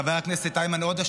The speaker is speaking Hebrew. חבר הכנסת איימן עודה,